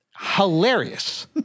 Hilarious